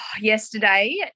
yesterday